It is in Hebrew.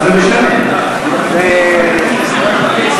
זה לא הוגן.